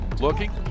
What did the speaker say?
Looking